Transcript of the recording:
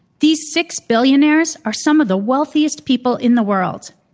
these six billionaires are some of the wealthiest people in the world.